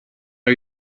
are